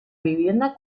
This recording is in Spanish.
vivienda